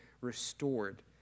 restored